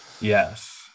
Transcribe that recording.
yes